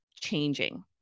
changing